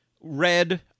red –